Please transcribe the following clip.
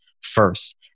first